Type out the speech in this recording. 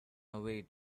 away